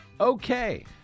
Okay